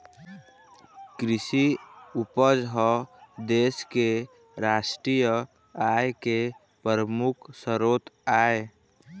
कृषि उपज ह देश के रास्टीय आय के परमुख सरोत आय